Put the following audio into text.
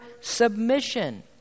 submission